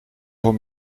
voor